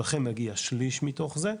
לכם מגיע שליש מתוך זה,